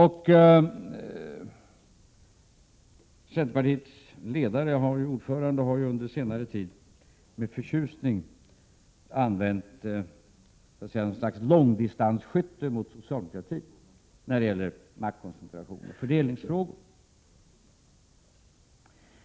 Centerpartiets ordförande har ju under senare tid med förtjusning idkat ett slags långdistansskytte mot socialdemokratin när det gäller maktkoncentration och fördelningsfrågor.